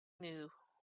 knew